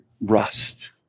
rust